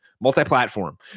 multi-platform